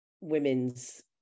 women's